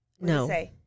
No